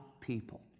people